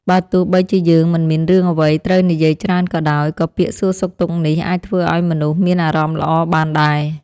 បើទោះបីជាយើងមិនមានរឿងអ្វីត្រូវនិយាយច្រើនក៏ដោយ ក៏ពាក្យសួរសុខទុក្ខនេះអាចធ្វើឱ្យមនុស្សមានអារម្មណ៍ល្អបានដែរ។